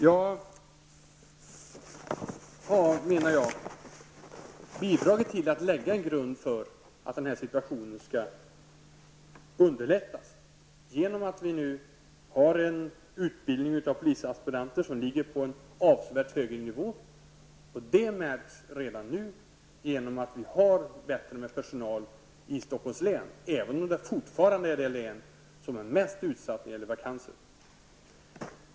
Jag har bidragit till att lägga en grund för att situationen skall kunna underlättas. Utbildningen av polisaspiranter ligger nu nämligen på en avsevärt högre nivå. Det märks redan nu. Vi har nu mera personal i Stockholms län, även om det fortfarande är det län som är mest utsatt när det gäller vakanser.